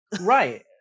right